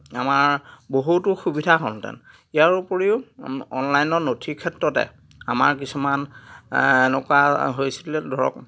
আমাৰ বহুতো সুবিধা হ'লহেঁতেন ইয়াৰ উপৰিও অনলাইনৰ নথিৰ ক্ষেত্ৰতে আমাৰ কিছুমান এনেকুৱা হৈছিলে ধৰক